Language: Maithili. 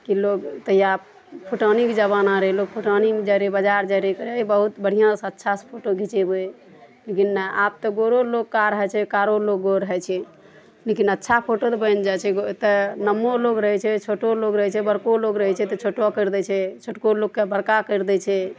कि लोग तहिआ फुटानीके जमाना रहय लोग फुटानीमे जाइ रहय बजार जाइ रहय बहुत बढ़िआँसँ अच्छासँ फोटो घिचेबय लेकिन आब तऽ गोरो लोक कार होइ छै कारो लोग गोर होइ छै लेकिन अच्छा फोटो तऽ बनि जाइ छै एगो एतऽ लम्बो लोग रहय छै छोटो लोग रहय छै बड़को लोग रहय छै तऽ छोटो करि दै छै छोटको लोकके बड़का करि दै छै